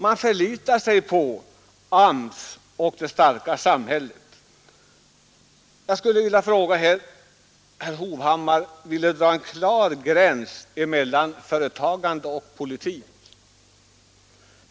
Man förlitar sig på AMS och det starka samhället. Herr Hovhammar ville dra en klar gräns mellan företagande och politik.